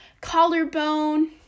collarbone